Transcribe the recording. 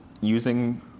using